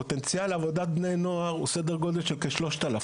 הפוטנציאל של עבודת נוער בענף המלונאות הוא סדר גודל של כ-3,000,